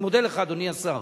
אני מודה לך, אדוני השר.